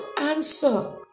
answer